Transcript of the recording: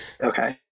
okay